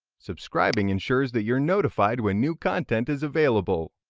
subscribing ensures that you are notified when new content is available.